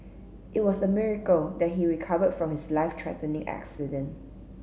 it was a miracle that he recovered from his life threatening accident